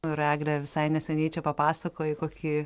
nu ir egle visai neseniai čia papasakojai kokį